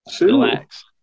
Relax